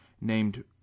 named